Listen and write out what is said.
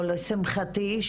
או לשמחתי,